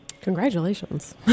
Congratulations